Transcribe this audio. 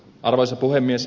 arvoisa puhemies